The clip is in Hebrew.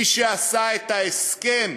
מי שעשה את ההסכם